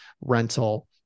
rental